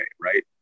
Right